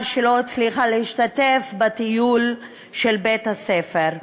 שלא הצליחה להשתתף בטיול של בית-הספר.